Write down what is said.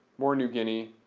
more new guinea,